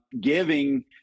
giving